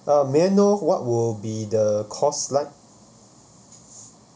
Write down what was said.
uh may I know what will be the cost like